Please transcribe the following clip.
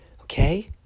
Okay